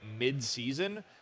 midseason